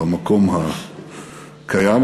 במקום הקיים,